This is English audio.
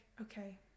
okay